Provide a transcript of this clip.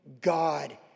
God